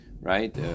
right